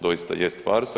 Doista jest farsa.